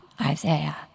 Isaiah